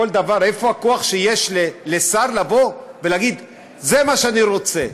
איפה הכוח שיש לשר לבוא ולהגיד: זה מה שאני רוצה?